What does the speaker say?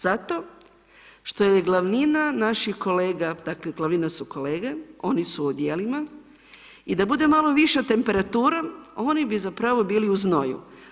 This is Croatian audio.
Zato što je glavnina naših kolega, dakle glavnina su kolege, oni su u odijelima i da bude malo viša temperatura, oni bi zapravo bili u znoju.